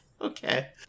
Okay